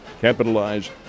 capitalize